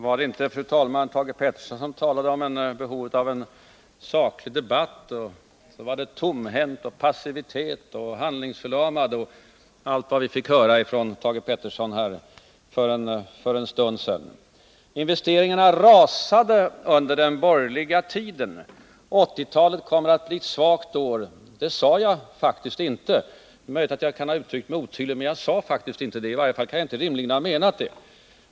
Fru talman! Var det inte Thage Peterson som talade om behovet av en saklig debatt? Ändå använde han orden tomhänt, passivitet och handlingsförlamning, för att inte nämna allt annat som vi fick höra om honom för en stund sedan, t.ex. att investeringarna rasade under den borgerliga tiden och att 1980-talet kommer att bli ett svagt år. Men så sade jag faktiskt inte. Jag kanske uttryckte mig otydligt, men jag sade inte det. I varje fall kan jag inte ha menat det.